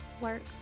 work